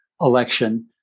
election